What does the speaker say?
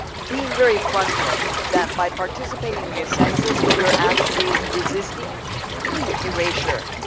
being very frontal, that by participating in the census, you're actually resisting and yeah erasure.